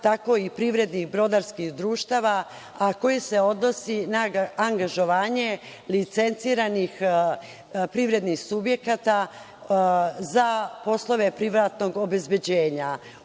tako i privrednih brodarskih društava, a koji se odnosi na angažovanje licenciranih privrednih subjekata za poslove privatnog obezbeđenja. Ove